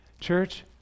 church